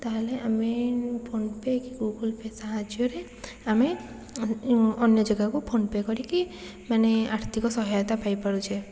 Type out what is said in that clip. ତାହେଲେ ଆମେ PhonePe' କି ଗୁଗୁଲ୍ ପେ' ସାହାଯ୍ୟରେ ଆମେ ଅନ୍ୟ ଜାଗାକୁ ଫୋନ୍ ପେ' କରିକି ମାନେ ଆର୍ଥିକ ସହାୟତା ପାଇ ପାରୁଛେ